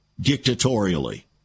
dictatorially